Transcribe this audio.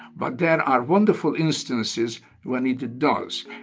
but there are wonderful instances when it does.